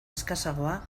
eskasagoa